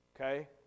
Okay